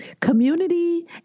community